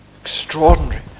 Extraordinary